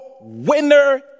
winner